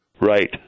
Right